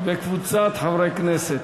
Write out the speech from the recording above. וקבוצת חברי הכנסת,